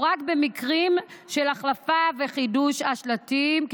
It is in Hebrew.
או רק במקרים של החלפה וחידוש של שלטים.